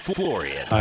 florian